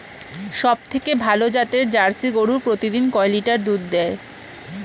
সবথেকে ভালো জাতের জার্সি গরু প্রতিদিন কয় লিটার করে দুধ দেয়?